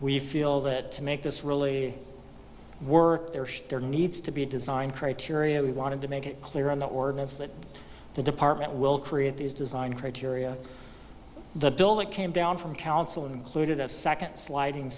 we feel that to make this really work there there needs to be design criteria we wanted to make it clear in the ordinance that the department will create these design criteria the bill that came down from council included a second sliding